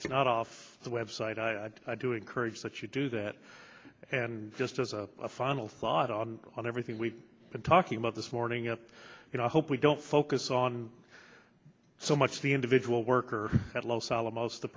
it's not off the web site i do encourage that you do that and just as a final thought on everything we've been talking about this morning up you know i hope we don't focus on so much the individual worker at los alamos the